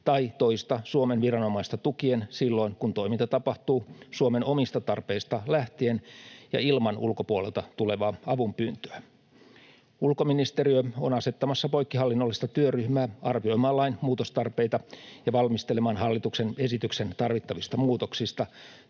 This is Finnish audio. tai toista Suomen viranomaista tukien silloin, kun toiminta tapahtuu Suomen omista tarpeista lähtien ja ilman ulkopuolelta tulevaa avunpyyntöä. Ulkoministeriö on asettamassa poikkihallinnollista työryhmää arvioimaan lain muutostarpeita ja valmistelemaan hallituksen esityksen tarvittavista muutoksista.